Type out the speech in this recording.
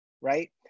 right